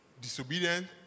disobedient